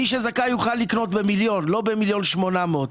מי שזכאי יוכל לקנות במיליון, לא ב-1.8 מיליון.